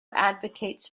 advocates